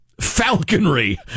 falconry